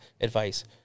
advice